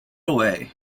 away